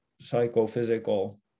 psychophysical